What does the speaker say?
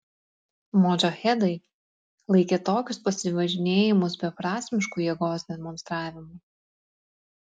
modžahedai laikė tokius pasivažinėjimus beprasmišku jėgos demonstravimu